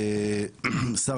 ושר